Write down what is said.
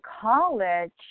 college